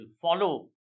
follow